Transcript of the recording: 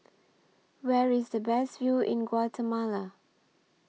Where IS The Best View in Guatemala